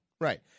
right